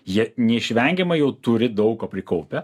jie neišvengiamai jau turi daug ko prikaupę